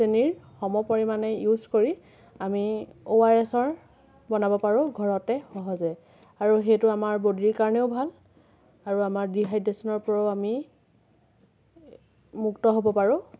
চেনিৰ সমপৰিমাণে ইউচ কৰি আমি অ' আৰ এছৰ বনাব পাৰো ঘৰতে সহজে আৰু সেইটো আমাৰ বডিৰ কাৰণেও ভাল আৰু আমাৰ ডিহাইড্ৰেচনৰ পৰাও আমি মুক্ত হ'ব পাৰোঁ